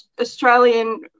Australian